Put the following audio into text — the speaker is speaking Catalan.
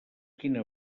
quina